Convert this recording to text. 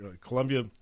Columbia